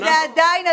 ועדיין,